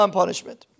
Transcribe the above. punishment